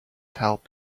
helped